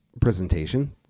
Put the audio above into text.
presentation